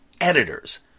editors